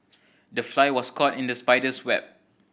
the fly was caught in the spider's web